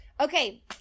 Okay